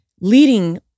leading